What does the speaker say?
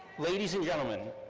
ladies and gentlemen,